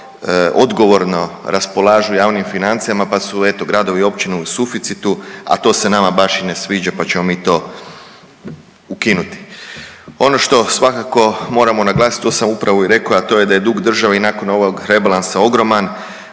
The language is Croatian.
odgovorno raspolažu javnim financijama, pa su eto, gradovi i općine u suficitu, a to se nama baš i ne sviđa pa ćemo mi to ukinuti. Ono što svakako moramo naglasiti, to sam upravo i rekao, a to je da je dug države i nakon ovog rebalansa ogroman